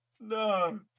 No